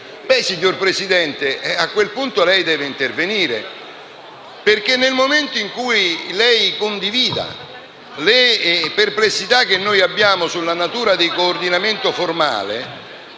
signor Presidente, a quel punto deve intervenire. Infatti, nel momento in cui lei condivida le perplessità che abbiamo sulla natura di coordinamento formale,